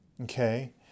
okay